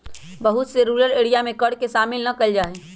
बहुत से rural area में कर के शामिल ना कइल जा हई